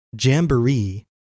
Jamboree